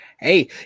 Hey